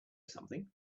something